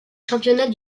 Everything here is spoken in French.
championnats